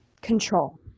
control